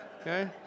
okay